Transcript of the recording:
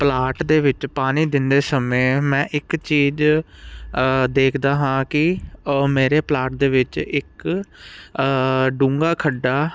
plot ਦੇ ਵਿੱਚ ਪਾਣੀ ਦਿੰਦੇ ਸਮੇਂ ਮੈਂ ਇੱਕ ਚੀਜ਼ ਦੇਖਦਾ ਹਾਂ ਕਿ ਉਹ ਮੇਰੇ ਪਲਾਟ ਦੇ ਵਿੱਚ ਇੱਕ ਡੂੰਘਾ ਖੱਡਾ